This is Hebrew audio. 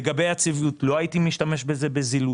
לגבי היציבות, לא הייתי משתמש בזה בזילות.